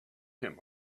him